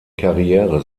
karriere